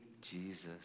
Jesus